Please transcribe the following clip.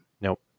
Nope